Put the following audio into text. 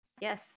Yes